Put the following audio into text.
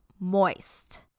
moist